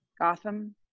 Gotham